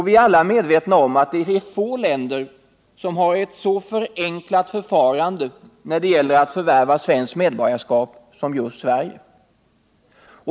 Vi är alla medvetna om att det är få länder som har ett så förenklat förfarande när det gäller att förvärva medborgarskap som just Sverige.